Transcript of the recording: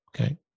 Okay